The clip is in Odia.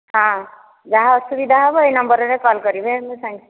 ହଁ ଯାହା ଅସୁବିଧା ହେବ ଏଇ ନମ୍ବର୍ରେ କଲ୍ କରିବେ ମୁଁ ସାଙ୍ଗେସାଙ୍ଗେ